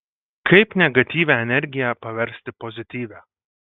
kaip negatyvią energiją paversti pozityvia